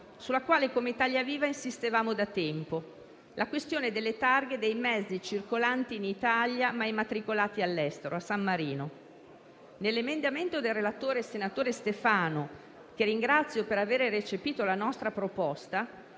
sulla quale come Italia Viva insistevamo da tempo. Mi riferisco al problema delle targhe dei mezzi circolanti in Italia ma immatricolati all'estero, a San Marino. Nell'emendamento del relatore, senatore Stefano, che ringrazio per aver recepito la nostra proposta,